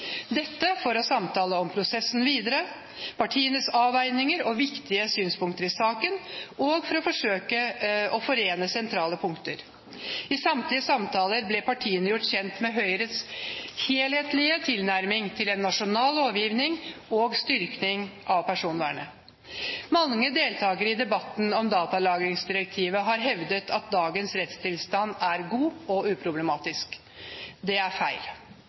dette for å samtale om prosessen videre, partienes avveininger og viktige synspunkter i saken, og for å forsøke å forene sentrale punkter. I samtlige samtaler ble partiene gjort kjent med Høyres helhetlige tilnærming til en nasjonal lovgivning og styrking av personvernet. Mange deltakere i debatten om datalagringsdirektivet har hevdet at dagens rettstilstand er god og uproblematisk. Det er feil.